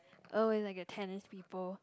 oh it's like a tennis people